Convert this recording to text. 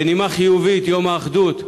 בנימה חיובית, יום האחדות.